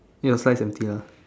it was sins and tear